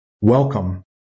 Welcome